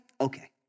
okay